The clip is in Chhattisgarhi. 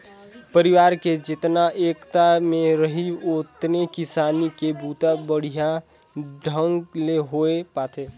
परिवार में जेतना एकता में रहीं ओतने किसानी के बूता बड़िहा ढंग ले होये पाथे